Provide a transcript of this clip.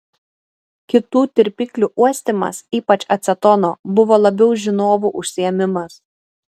kitų tirpiklių uostymas ypač acetono buvo labiau žinovų užsiėmimas